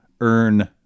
earn